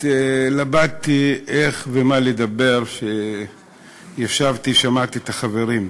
התלבטתי איך ומה לדבר כשישבתי ושמעתי את החברים.